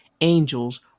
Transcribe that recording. angels